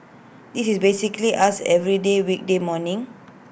this is basically us every weekday morning